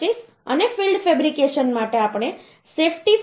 25 અને field fabrication માટે આપણે સેફ્ટી ફેક્ટર 1